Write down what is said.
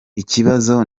ikibazo